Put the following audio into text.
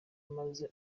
maze